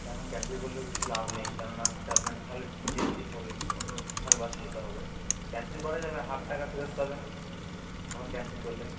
এখন ক্যানসেল করলেও কিছু লাভ নেই কেন না হচ্ছে আপনাকে তাহলে যেতেই হবে কিছু অন্য তাহলে বাসে যেতে হবে ক্যানসেল করা যাবে হাফ টাকা ফেরত পাবেন এখন ক্যানসেল করলে